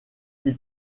ils